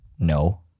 No